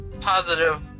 positive